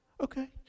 Okay